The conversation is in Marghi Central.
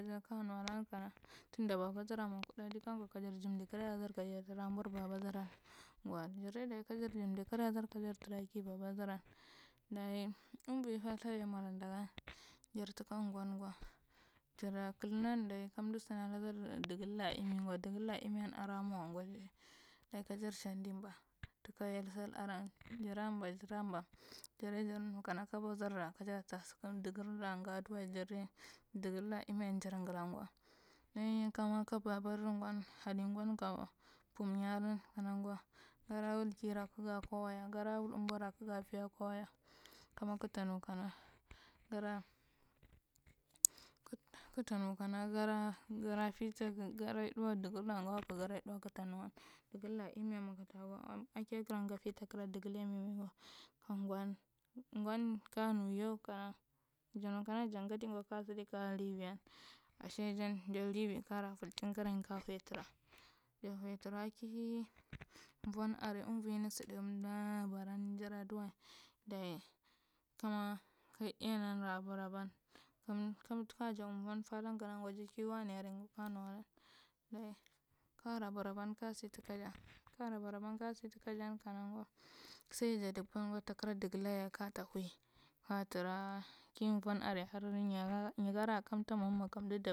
Je nawaku kana nda babadaran mwa kuɗadi gankwa kajar jimdi karayadar kajar tura a beor baba daran gwo dayi jarta kajar jundi kerayadar kajar tura a beor babadaran gwo dayi jarta kajar jundi kevayadar kajar tura aki babadaran daru anvoi nathu ye moladagan jartuka ngwangwo jaro kdinan kandu sina ladar dugal ra emi gwa dugai la eimiyan damwo wae gwadayi doyi kajar shandi ɓa tuka yel sall aran jara ɓa jarya jar nakana kabodar ra kajar ta sukum augvilla nga adiwae jarya dulsalla eimyan jar ngla gwo ɗainyi kama ka babar ngwon haddi ngwan ka pum nyila kanagwa gadiwul kira kaga kwa waya gadiwul mbora kakgo piyawaya kama kɗkta nakana gada kala kak tanokana gaɗa, gada pi gaiay sawae jugalla gawaka gaday ɗawae kakta nun dugalla eimiyan ma kacmwa gani takara dugal ya mimigwo ka ngwan ngwan kanu yau kana janu kano jagadi gwa ka siɗi ka rivain azai, jan ja rivai kara palchin karani ka huyatura. Jahuyaturga kivon aria anvoini saɗa amda baran jadadiwae dayi kama ka iyanan rabaraban kamdu sira jaw von pathan kana ja kiwanai arai gwo kanulan karabaraban kosituja karoban kasitwan kang gwo sai dleban gwo takara dugallonya kata hvoe katura ki von arai kadu nyikara katamwama kandy dabari.